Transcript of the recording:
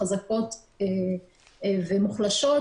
חזקות ומוחלשות,